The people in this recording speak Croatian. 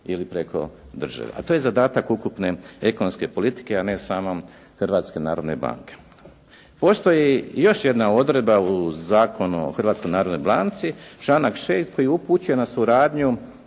ili preko države, a to je zadatak ukupne ekonomske politike, a ne samo Hrvatske narodne banke. Postoji još jedna odredba u Zakonu o Hrvatskoj narodnoj banci, članak 6. koji upućuje na suradnju